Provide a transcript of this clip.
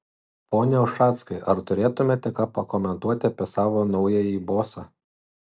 pone ušackai ar turėtumėte ką pakomentuoti apie savo naująjį bosą